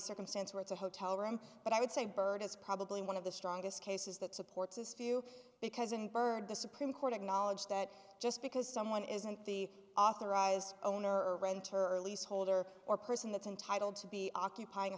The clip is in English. circumstance where it's a hotel room but i would say bird is probably one of the strongest cases that supports this view because in bird the supreme court acknowledged that just because someone isn't the authorized owner or rent ter leaseholder or person that's entitled to be occupying a